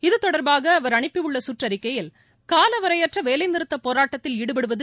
இதுதொடர்பாக அவர் அனுப்பியுள்ள சுற்றறிக்கையில் காலவரையற்ற வேலை நிறுத்தப் போராட்டத்தில் ஈடுபடுவது